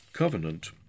covenant